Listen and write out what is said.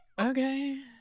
Okay